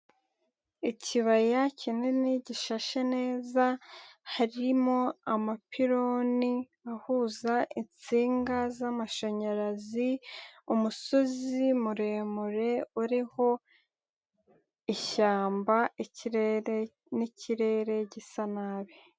Ikibaya kinini gishashe neza harimo amapironi ahuza insinga zamashanyarazi, umusozi muremure urireho ishyamba n'ikirere gisa nabi.